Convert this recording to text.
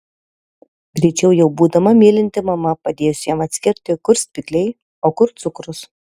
greičiau jau būdama mylinti mama padėsiu jam atskirti kur spygliai o kur cukrus